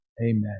amen